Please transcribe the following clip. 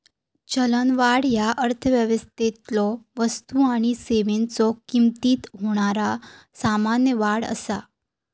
चलनवाढ ह्या अर्थव्यवस्थेतलो वस्तू आणि सेवांच्यो किमतीत होणारा सामान्य वाढ असा